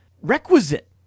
requisite